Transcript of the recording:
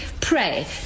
pray